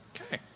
Okay